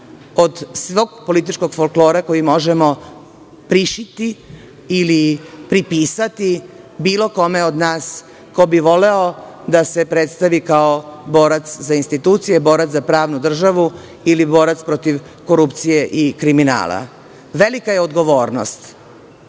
od svog političkog folklora koji možemo prišiti ili pripisati bilo kome od nas ko bi voleo da se predstavi kao borac za institucije, borac za pravnu državu ili borac protiv korupcije i kriminala. Velika je odgovornost